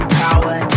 power